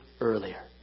earlier